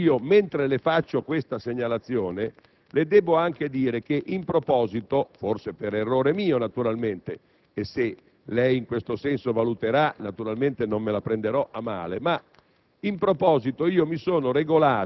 Tuttavia, signor Presidente, mentre le faccio questa segnalazione, le debbo anche dire che in proposito, forse per mio errore (e se lei in tal senso valuterà, naturalmente non me la prenderò a male), mi